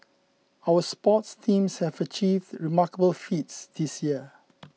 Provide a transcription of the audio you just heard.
our sports teams have achieved remarkable feats this year